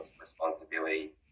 responsibility